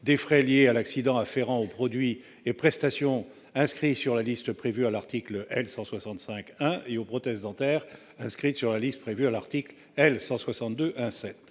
des frais liés à l'accident afférents aux produits et prestations inscrits sur la liste prévue à l'article L. 165-1 et aux prothèses dentaires inscrites sur la liste prévue à l'article L. 162-1-7,